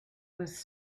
was